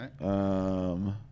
right